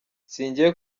singiye